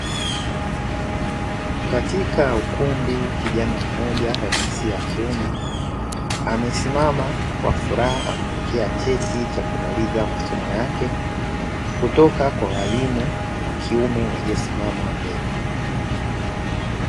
Katika ukumbi kijana mmoja wa jinsia ya kiume, amesimama na kwa furaha anapokea cheti cha kumaliza masomo yake kutoka kwa walimu wa kiume waliosimama mbele.